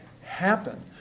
happen